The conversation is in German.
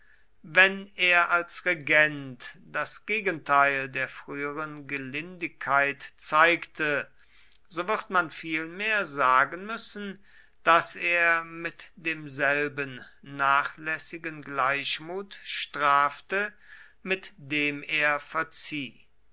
wenn er als regent das gegenteil der früheren gelindigkeit zeigte so wird man vielmehr sagen müssen daß er mit demselben nachlässigen gleichmut strafte mit dem er verzieh